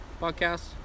Podcast